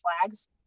flags